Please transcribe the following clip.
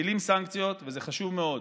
ומטילים סנקציות, וזה חשוב מאוד,